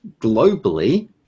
globally